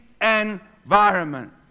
environment